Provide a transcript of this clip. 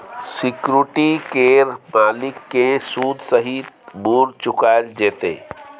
security केर मालिक केँ सुद सहित मुर चुकाएल जेतै